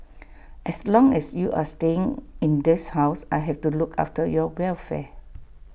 as long as you are staying in this house I have to look after your welfare